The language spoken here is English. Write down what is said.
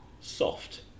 soft